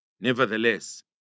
Nevertheless